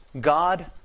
God